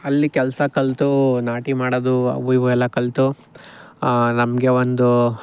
ಅಲ್ಲಿ ಕೆಲಸ ಕಲಿತು ನಾಟಿ ಮಾಡೋದು ಅವು ಇವು ಎಲ್ಲ ಕಲಿತು ನಮಗೆ ಒಂದು